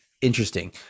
interesting